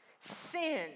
Sin